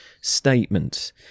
statement